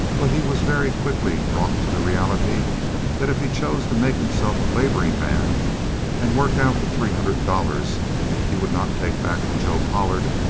but he was very quickly brought to the reality that if he chose to make himself a laboring man and work out the three hundred dollars he would not take back from joe pollard,